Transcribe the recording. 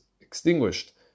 extinguished